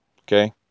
Okay